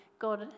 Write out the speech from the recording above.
God